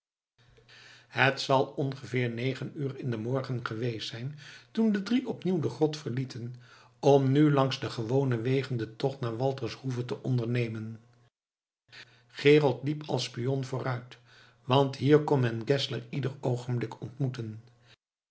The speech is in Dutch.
het zal ongeveer negen uur in den morgen geweest zijn toen de drie opnieuw de grot verlieten om nu langs de gewone wegen den tocht naar walter's hoeve te ondernemen gerold liep als spion vooruit want hier kon men geszler ieder oogenblik ontmoeten